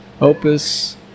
Opus